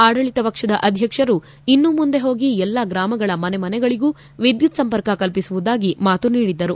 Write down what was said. ಆಡಳಿತ ಪಕ್ಷದ ಅಧ್ಯಕ್ಷರು ಇನ್ನೂ ಮುಂದೆ ಹೋಗಿ ಎಲ್ಲಾ ಗ್ರಾಮಗಳ ಮನೆ ಮನೆಗೂ ವಿದ್ಯುತ್ ಸಂಪರ್ಕ ಕಲ್ಪಿಸುವುದಾಗಿ ಮಾತು ನೀಡಿದ್ದರು